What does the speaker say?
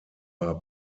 war